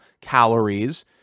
calories